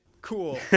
cool